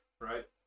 right